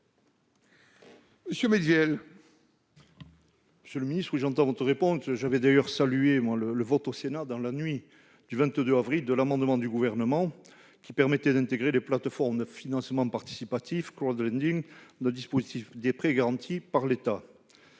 Monsieur le ministre, j'entends votre réponse. J'avais d'ailleurs salué l'adoption par le Sénat, la nuit du 22 avril, de l'amendement du Gouvernement tendant à intégrer les plateformes de financement participatif de type au dispositif des prêts garantis par l'État.